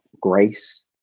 grace